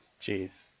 Jeez